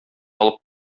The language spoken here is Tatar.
алып